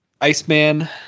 Iceman